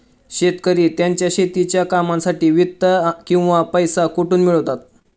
शेतकरी त्यांच्या शेतीच्या कामांसाठी वित्त किंवा पैसा कुठून मिळवतात?